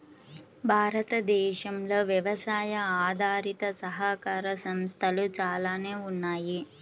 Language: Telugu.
భారతదేశంలో వ్యవసాయ ఆధారిత సహకార సంస్థలు చాలానే ఉన్నాయి